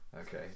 Okay